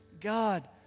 God